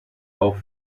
auch